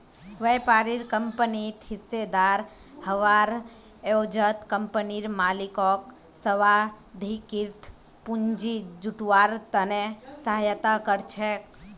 व्यापारी कंपनित हिस्सेदार हबार एवजत कंपनीर मालिकक स्वाधिकृत पूंजी जुटव्वार त न सहायता कर छेक